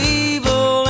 evil